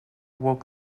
woke